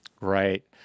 Right